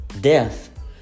death